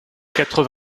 quatre